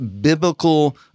biblical